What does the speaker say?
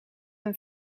een